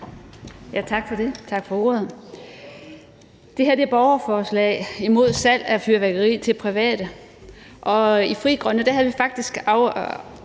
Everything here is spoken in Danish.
Zimmer (UFG): Tak for ordet. Det her er et borgerforslag imod salg af fyrværkeri til private.